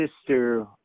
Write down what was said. sister